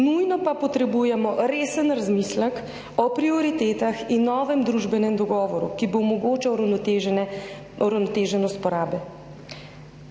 nujno pa potrebujemo resen razmislek o prioritetah in novem družbenem dogovoru, ki bo omogočal uravnoteženje,